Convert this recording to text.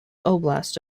oblast